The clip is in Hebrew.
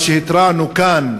מה שהתרענו כאן,